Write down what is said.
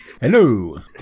Hello